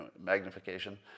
magnification